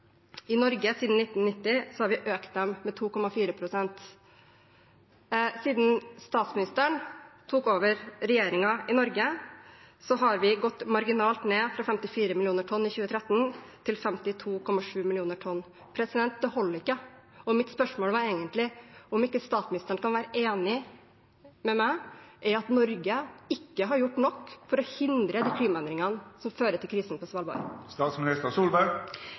i Norge – siden 1990 – har vi økt dem med 2,4 pst. Siden statsministeren tok over regjeringen i Norge, har vi gått marginalt ned, fra 54 mill. tonn i 2013 til 52,7 mill. tonn. Det holder ikke. Mitt spørsmål var egentlig om ikke statsministeren kan være enig med meg i at Norge ikke har gjort nok for å hindre de klimaendringene som fører til krisen på Svalbard.